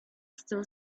still